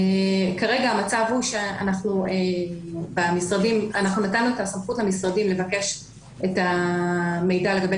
כרגע המצב הוא שנתנו את הסמכות למשרדים לבקש את המידע לגבי